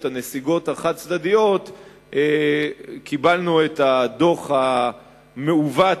הנסיגות החד-צדדיות קיבלנו את הדוח המעוות,